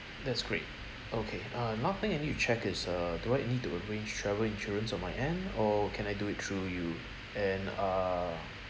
that's great okay uh another thing I need to check is uh do I need to arrange travel insurance on my end or can I do it through you and err